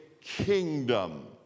kingdom